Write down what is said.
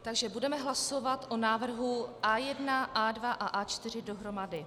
Takže budeme hlasovat o návrhu A1, A2 a A4 dohromady.